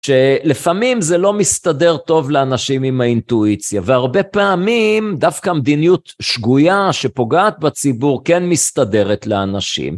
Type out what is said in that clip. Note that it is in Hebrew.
שלפעמים זה לא מסתדר טוב לאנשים עם האינטואיציה, והרבה פעמים דווקא המדיניות שגויה שפוגעת בציבור כן מסתדרת לאנשים.